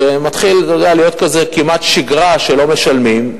אז זה מתחיל להיות כמעט שגרה שלא משלמים,